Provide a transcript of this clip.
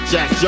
Jack